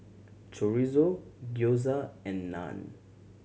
Chorizo Gyoza and Naan